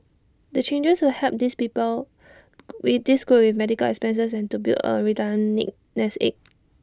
the changes will help this people with medical expenses and to build A retirement nest egg